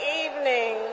evening